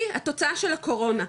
היא התוצאה של הקורונה,